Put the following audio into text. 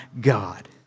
God